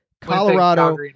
Colorado